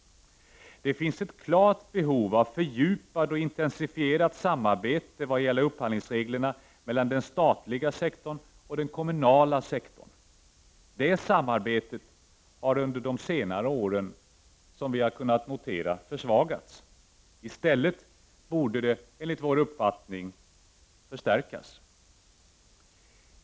Det finns ett klart behov av fördjupat och intensifierat samarbete vad gäller upphandlingsreglerna mellan den statliga sektorn och den kommunala sektorn. Detta samarbete har under senare år, som vi har kunnat notera, försvagats. I stället borde det enligt vår uppfattning förstärkas.